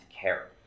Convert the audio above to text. care